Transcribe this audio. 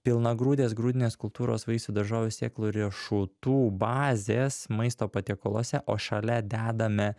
pilnagrūdės grūdinės kultūros vaisių daržovių sėklų ir riešutų bazės maisto patiekaluose o šalia dedame